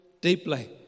deeply